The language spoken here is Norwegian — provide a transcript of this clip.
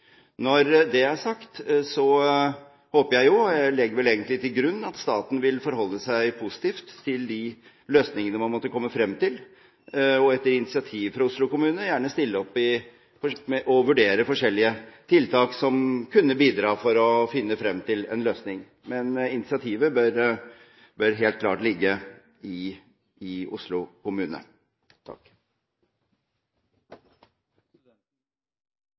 Når det er sagt, håper jeg jo – jeg legger vel egentlig til grunn – at staten vil forholde seg positiv til de løsningene man måtte komme frem til, og at de etter initiativ fra Oslo kommune gjerne stiller opp og vurderer forskjellige tiltak som kunne bidra til å finne en løsning. Men initiativet bør helt klart ligge i Oslo kommune.